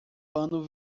pano